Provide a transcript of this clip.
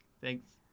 thanks